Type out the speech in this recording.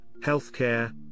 healthcare